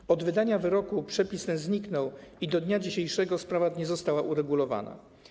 Od momentu wydania wyroku przepis ten zniknął i do dnia dzisiejszego sprawa ta nie została uregulowana.